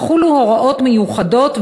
יחולו הוראות מיוחדות,